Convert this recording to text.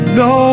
no